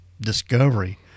discovery